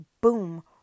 boom